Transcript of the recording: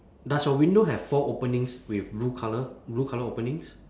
does your window have four openings with blue colour blue colour openings